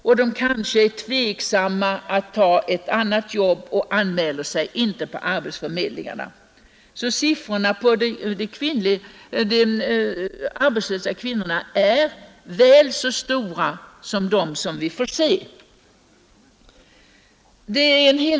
De är kanske tveksamma inför att ta ett annat jobb och anmäler sig inte på arbetsförmedlingarna, Siffrorna för de arbetslösa kvinnorna är därför i verkligheten väl så höga som dem vi får se.